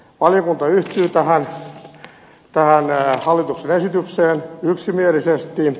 valiokunta yhtyy tähän hallituksen esitykseen yksimielisesti